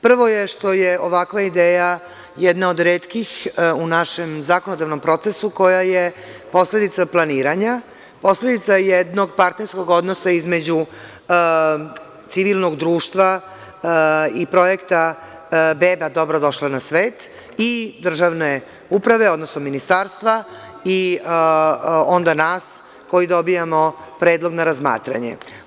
Prvo je, što je ovakva ideja jedna od retkih u našem zakonodavnom procesu koja je posledica planiranja, posledica jednog partnerskog odnosa između civilnog društva i projekta „Beba dobro došla na svet“ i državne uprave, odnosno ministarstva i nas koji dobijamo predlog na razmatranje.